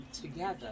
together